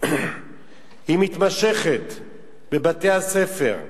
מתמשכת בבתי-הספר.